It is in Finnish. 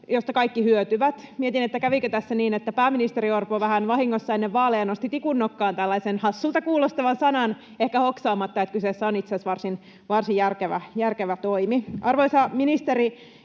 josta kaikki hyötyvät. Mietin, kävikö tässä niin, että pääministeri Orpo vähän vahingossa ennen vaaleja nosti tikun nokkaan tällaisen hassulta kuulostavan sanan ehkä hoksaamatta, että kyseessä on itse asiassa varsin järkevä toimi. Arvoisa ministeri,